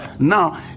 Now